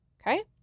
Okay